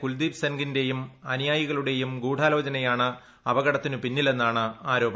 കുൽദീപ് സെൻഗിന്റെയും അനുയായികളുടെയും ഗൂഡാലോചനയാണ് അപകടത്തിന് പിന്നിലെന്നാണ് ആരോപണം